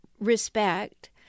respect